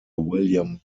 william